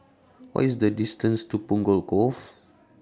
What IS The distance to Punggol Cove